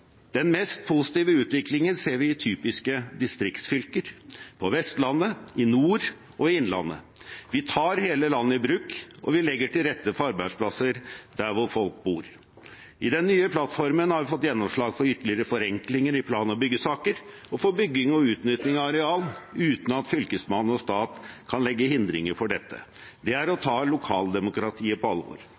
Den mest positive utviklingen ser vi i typiske distriktsfylker – på Vestlandet, i nord og i innlandet. Vi tar hele landet i bruk, og vi legger til rette for arbeidsplasser der hvor folk bor. I den nye plattformen har vi fått gjennomslag for ytterligere forenklinger i plan- og byggesaker og for bygging og utnytting av areal uten at fylkesmann og stat kan legge hindringer for dette. Det er å ta lokaldemokratiet på alvor.